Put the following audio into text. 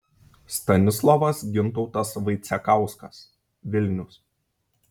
stanislovas gintautas vaicekauskas vilnius